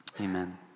Amen